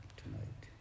tonight